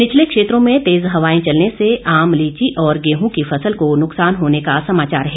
निचले क्षेत्रों में तेज हवाएं चलने से आम लीची और गेहूं की फसल को नुकसान होने का समाचार है